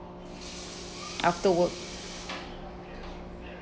after work